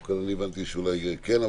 דווקא אני הבנתי שאולי כן.